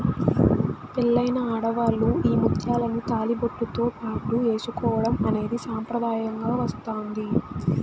పెళ్ళైన ఆడవాళ్ళు ఈ ముత్యాలను తాళిబొట్టుతో పాటు ఏసుకోవడం అనేది సాంప్రదాయంగా వస్తాంది